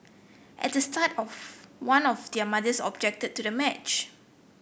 at the start of one of their mothers objected to the match